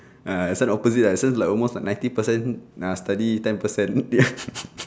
uh this one opposite ah this one like almost ninety percent ah study ten percent